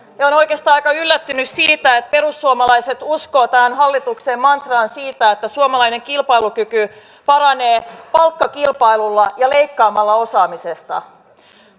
olen oikeastaan aika yllättynyt siitä että perussuomalaiset uskovat tämän hallituksen mantraan siitä että suomalainen kilpailukyky paranee palkkakilpailulla ja leikkaamalla osaamisesta